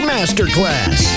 Masterclass